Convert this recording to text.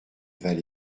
val